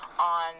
On